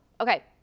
Okay